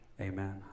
Amen